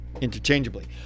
interchangeably